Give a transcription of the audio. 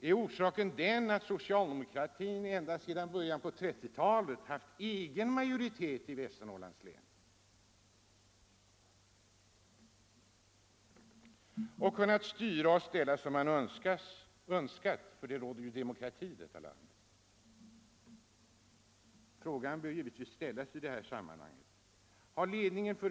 Är orsaken då den att socialdemokratin ända sedan början av 1930-talet har haft egen majoritet i Västernorrlands län och kunnat styra och ställa som man har önskat - ty det råder ju demokrati i detta land? Frågan bör ställas i samman 63 hanget.